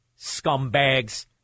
Scumbags